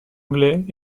anglais